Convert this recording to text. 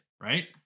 Right